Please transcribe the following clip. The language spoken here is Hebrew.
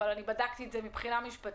אבל אני בדקתי את זה מבחינה משפטית,